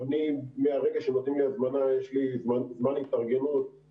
מהרגע שנותנים לי הזמנה יש לי זמן התארגנות,